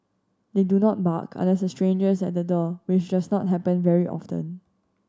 they do not bark unless a stranger is at the door which does not happen very often